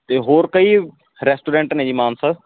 ਅਤੇ ਹੋਰ ਕਈ ਰੈਸਟੋਰੈਂਟ ਨੇ ਜੀ ਮਾਨਸਾ